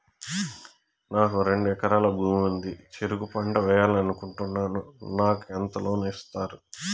నాకు రెండు ఎకరాల భూమి ఉంది, చెరుకు పంట వేయాలని అనుకుంటున్నా, నాకు ఎంత లోను ఇస్తారు?